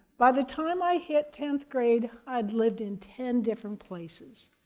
by the time i'd hit tenth grade, i'd lived in ten different places.